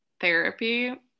therapy